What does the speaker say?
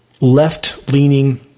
left-leaning